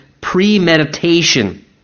premeditation